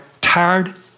tired